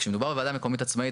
כשמדובר בוועדה מקומית עצמאית,